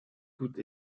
toutes